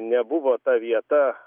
nebuvo ta vieta